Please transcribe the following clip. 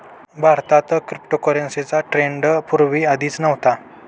भारतात क्रिप्टोकरन्सीचा ट्रेंड पूर्वी कधीच नव्हता